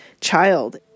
child